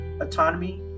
autonomy